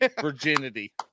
virginity